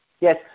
yes